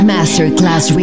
Masterclass